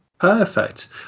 perfect